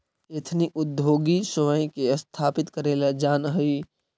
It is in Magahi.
एथनिक उद्योगी स्वयं के स्थापित करेला जानऽ हई